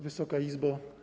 Wysoka Izbo!